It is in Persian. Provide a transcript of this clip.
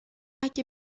اگه